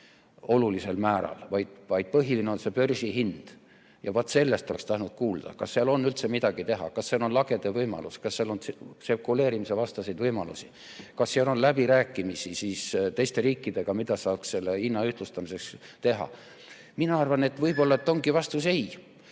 olulisel määral, vaid põhiline on börsihind. Ja vaat sellest oleks tahtnud kuulda. Kas seal on üldse midagi teha? Kas seal on lagede võimalus? Kas seal on spekuleerimise vastaseid võimalusi? Kas seal on läbirääkimisi teiste riikidega, mida saaks selle hinna ühtlustamiseks teha? Mina arvan, et võib-olla ongi vastus ei,